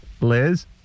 Liz